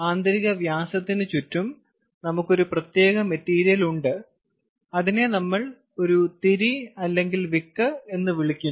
ആന്തരിക വ്യാസത്തിന് ചുറ്റും നമുക്ക് ഒരു പ്രത്യേക മെറ്റീരിയൽ ഉണ്ട് അതിനെ നമ്മൾ ഒരു തിരി എന്ന് വിളിക്കുന്നു